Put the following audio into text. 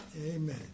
amen